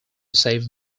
save